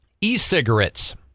e-cigarettes